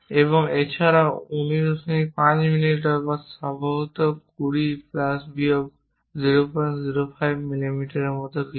এবং এছাড়াও 195 মিমি বা সম্ভবত 20 প্লাস বা বিয়োগ 005 মিমি এর মত কিছু